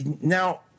now